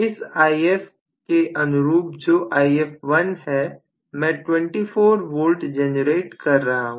इस If के अनुरूप जो If1 है मैं 24 V जनरेट कर रहा हूं